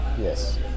Yes